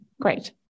Great